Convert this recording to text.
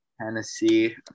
Tennessee